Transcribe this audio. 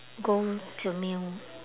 go to meal